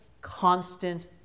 constant